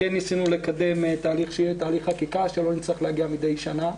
כן ניסינו לקדם תהליך של חקיקה כדי שלא נצטרך להגיע מידי שנה.